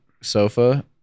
sofa